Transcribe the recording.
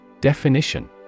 Definition